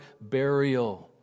burial